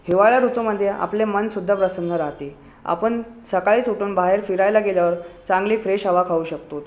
हिवाळा ऋतू म्हणजे आपले मनसुद्धा प्रसन्न राहते आपण सकाळीच उठून बाहेर फिरायला गेलं चांगली फ्रेश हवा खाऊ शकतोत